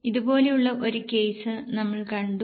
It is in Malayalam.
ഇതുപോലുള്ള ഒരു കേസ്സ് നമ്മൾ കണ്ടു